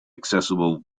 accessible